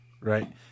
Right